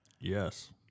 Yes